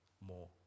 more